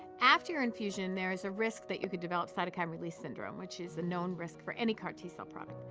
after your infusion there is a risk that you could develop cytokine release syndrome which is a known risk for any car t cell product.